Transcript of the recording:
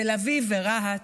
תל אביב ורהט,